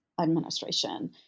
administration